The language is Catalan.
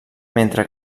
mentre